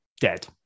dead